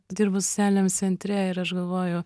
dirbu socialiniam centre ir aš galvoju